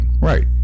right